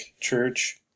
church